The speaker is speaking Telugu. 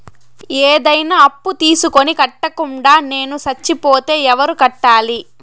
ఏదైనా అప్పు తీసుకొని కట్టకుండా నేను సచ్చిపోతే ఎవరు కట్టాలి?